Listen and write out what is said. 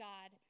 God